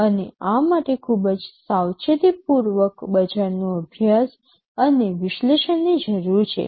અને આ માટે ખૂબ સાવચેતીપૂર્વક બજારનું અભ્યાસ અને વિશ્લેષણની જરૂર છે